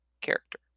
character